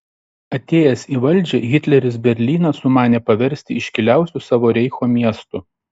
atėjęs į valdžią hitleris berlyną sumanė paversti iškiliausiu savo reicho miestu